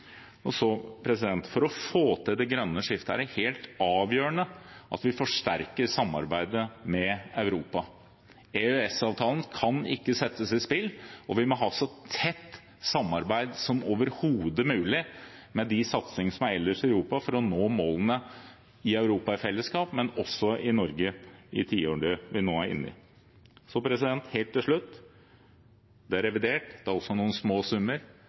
For å få til det grønne skiftet er det helt avgjørende at vi forsterker samarbeidet med Europa. EØS-avtalen kan ikke settes i spill, og vi må ha så tett samarbeid som overhodet mulig med de satsingene som er ellers i Europa, for å nå målene i Europa i fellesskap, og også i Norge, i tiårene vi nå er inne i. Helt til slutt: Det er revidert, så det er også noen små summer.